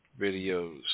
videos